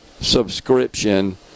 subscription